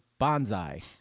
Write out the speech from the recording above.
bonsai